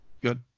good